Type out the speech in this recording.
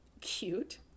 Cute